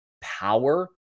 power